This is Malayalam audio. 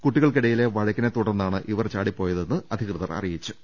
കുട്ടികൾക്കിടയിലെ വഴക്കിനെത്തുടർന്നാണ് ഇവർ ചാടി പ്പോയതെന്ന് അധികൃതർ അറിയിച്ചു